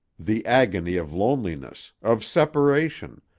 the agony of loneliness, of separation,